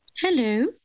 Hello